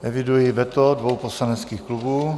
Eviduji veto dvou poslaneckých klubů.